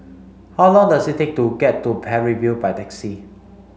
how long does it take to get to Parry View by taxi